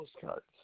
postcards